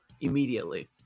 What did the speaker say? immediately